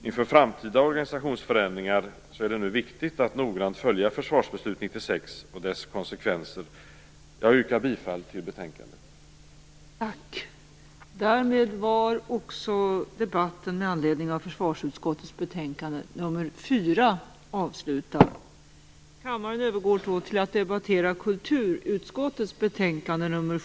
Inför framtida organisationsförändringar är det nu viktigt att noggrant följa Försvarsbeslut 96 och dess konsekvenser. Jag yrkar bifall till utskottets hemställan.